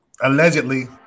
allegedly